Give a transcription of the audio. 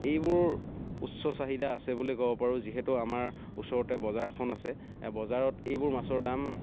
এইবোৰ উচ্চ চাহিদা আছে বুলি ক'ব পাৰোঁ যিহেতু আমাৰ ওচৰতে বজাৰ এখন আছে বজাৰত এইবোৰ মাছৰ দাম